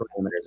parameters